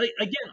again